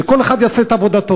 שכל אחד יעשה את עבודתו.